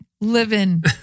living